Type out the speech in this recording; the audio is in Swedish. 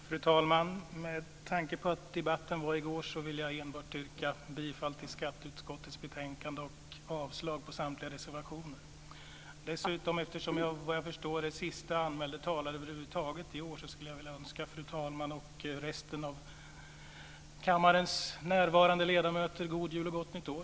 Fru talman! Med tanke på debatten i går vill jag enbart yrka bifall till hemställan i skatteutskottets betänkande och avslag på samtliga reservationer. Eftersom jag, såvitt jag förstår, är siste talare i år vill jag önska fru talman och kammarens närvarande ledamöter God Jul och Gott Nytt År.